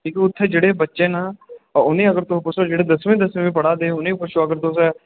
की कि उत्थें जेह्ड़े बच्चे न उ'नेंई अगर तुस पुच्छो जेह्ड़े दसमीं दसमीं पढ़ा दे उ'नेंगी पुच्छो अगर तुस